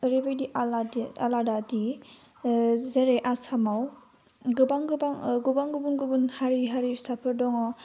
ओरैबायदि आलादि आलादादि जेरै आसामाव गोबां गोबां गोबां गुबुन गुबुन हारि हारिसाफोर दङ